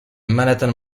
manhattan